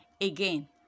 again